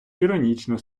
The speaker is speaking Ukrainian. іронічно